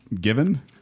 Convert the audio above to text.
given